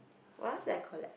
what else I collect